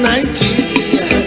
Nigeria